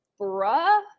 bruh